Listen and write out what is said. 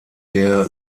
der